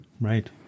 Right